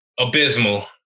abysmal